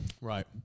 right